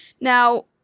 Now